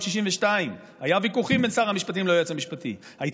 לא רק שהוא הגיוני וצודק, אלא הוא גם